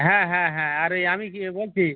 হ্যাঁ হ্যাঁ হ্যাঁ আর ওই আমি কী বলছি